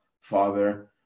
father